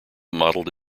modeled